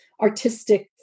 artistic